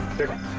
daman